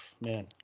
man